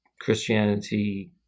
Christianity